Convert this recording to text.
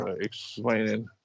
explaining